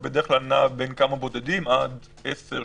זה בדרך כלל נע בין כמה בודדים עד עשר,